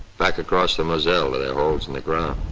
back across the moselle their holes in the ground